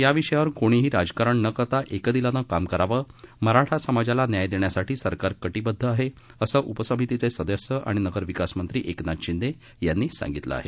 या विषयावर कोणीही राजकारण न करता एकदिलानं काम करावं मराठा समाजाला न्याय देण्यासाठी सरकार कटिबद्ध आहे असं उपसमितीचे सदस्य आणि नगरविकास मंत्री एकनाथ शिंदे यांनी सांगितलं आहे